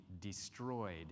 destroyed